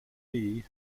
leigh